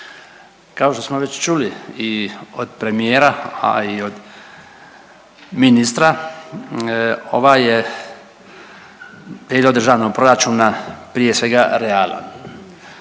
Kao što smo već čuli i od premijera, a i od ministra ovaj prijedlog državnog proračuna prije svega realan,